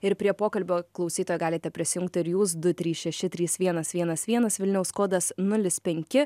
ir prie pokalbio klausytojai galite prisijungti ir jūs du trys šeši trys vienas vienas vienas vilniaus kodas nulis penki